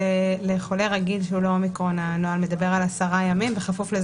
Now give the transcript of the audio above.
לחולה רגיל הנוהל מדבר על 10 ימים בכפוף לכך